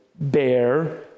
bear